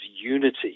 unity